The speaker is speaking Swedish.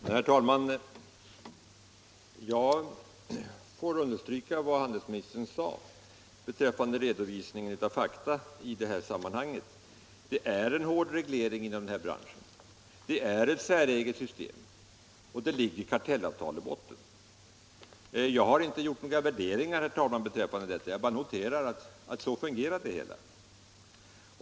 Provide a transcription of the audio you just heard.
Herr talman! Jag får understryka vad handelsministern sade beträffande redovisningen av fakta i detta sammanhang. Det är en hård reglering i den här branschen, det är ett säreget system och det ligger kartellavtal i botten. Jag har inte gjort några värderingar beträffande detta, herr talman, utan jag bara noterar att så fungerar det hela.